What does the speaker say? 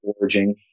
foraging